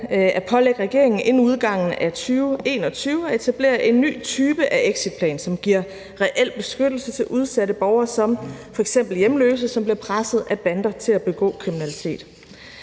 at pålægge regeringen inden udgangen af 2021 at etablere en ny type exitplan, som giver reel beskyttelse til udsatte borgere som f.eks. hjemløse, som bliver presset af bander til at begå kriminalitet.